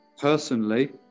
Personally